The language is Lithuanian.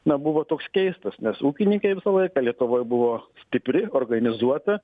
na buvo toks keistas nes ūkininkai visą laiką lietuvoj buvo stipri organizuota